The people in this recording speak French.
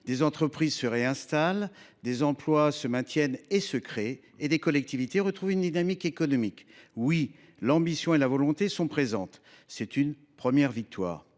Des entreprises se réinstallent, des emplois se maintiennent et se créent et des collectivités retrouvent une dynamique économique. Oui, l’ambition et la volonté sont présentes : voilà une première victoire.